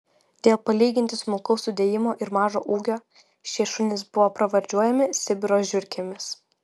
dėl palyginti smulkaus sudėjimo ir mažo ūgio šie šunys buvo pravardžiuojami sibiro žiurkėmis